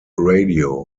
radio